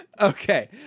okay